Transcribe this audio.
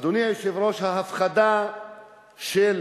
אדוני היושב-ראש, ההפחדה של